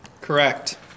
Correct